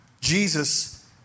Jesus